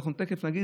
אנחנו תכף נגיד.